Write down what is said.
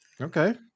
Okay